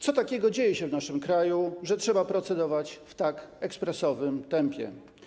Co takiego dzieje się w naszym kraju, że trzeba procedować w tak ekspresowym tempie?